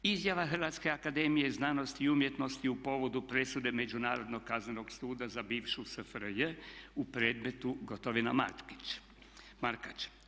Izjava Hrvatske akademije znanosti i umjetnosti u povodu presude Međunarodnog kaznenog suda za bivšu SFRJ u predmetu Gotovina, Markač.